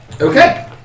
Okay